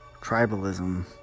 tribalism